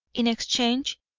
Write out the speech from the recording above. in exchange,